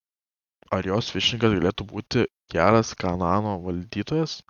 ar jos viršininkas galėtų būti geras kanaano valdytojas